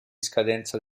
scadenza